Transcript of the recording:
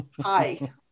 Hi